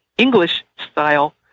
English-style